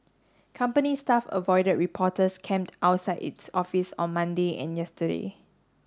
company staff avoided reporters camped outside its office on Monday and yesterday